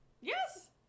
Yes